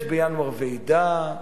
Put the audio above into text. יש בינואר ועידה,